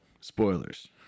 spoilers